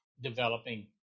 developing